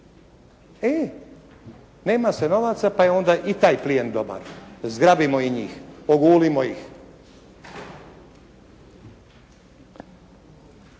E, nema se novaca pa je onda i taj klijent dobar. Zgrabimo i njih. Ogulimo ih.